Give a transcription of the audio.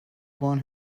want